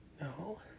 no